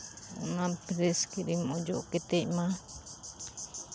ᱚᱱᱟ fresh cream ᱚᱡᱚᱜ ᱠᱟᱛᱮᱫ ᱢᱟ